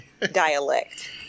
dialect